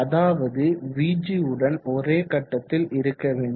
அதாவது vg உடன் ஒரே கட்டத்தில் இருக்க வேண்டும்